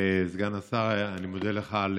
סגן השר, אני מודה לך על